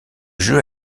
jeu